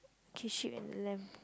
K sheep and the lamb